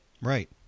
Right